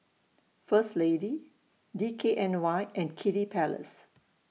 First Lady D K N Y and Kiddy Palace